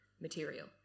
material